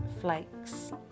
flakes